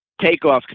takeoff